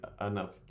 enough